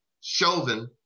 Chauvin